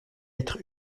être